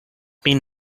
been